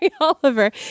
Oliver